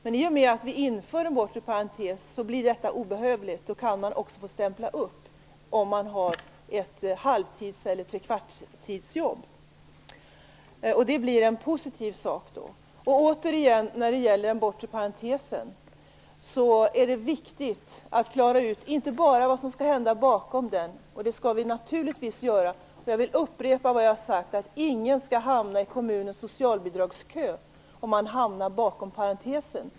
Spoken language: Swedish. Men i och med att vi inför en bortre parentes blir detta obehövligt, och då kan man också få stämpla upp om man har ett halvtids eller trekvartstidsjobb. Det blir en positiv sak. När det gäller den bortre parentesen är det viktigt att klara ut vad som skall hända bortom den. Det skall vi naturligtvis göra, och jag vill upprepa det jag har sagt: Ingen skall hamna i kommunens socialbidragskö om man hamnar bortom parentesen.